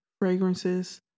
fragrances